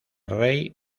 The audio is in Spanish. rey